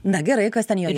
na gerai kas ten joje